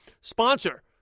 sponsor